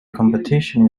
competition